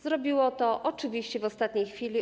Zrobiło to oczywiście w ostatniej chwili.